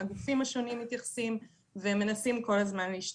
הגופים השונים מתייחסים אליהם ומנסים כל הזמן להשתפר.